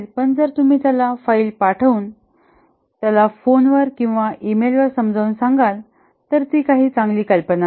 पण जर तुम्ही त्याला फाईल पाठवून त्याला फोनवर किंवा ईमेलवर समजावून सांगाल तर ही काही चांगली कल्पना नाही